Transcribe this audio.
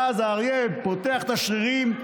ואז האריה פותח את השרירים,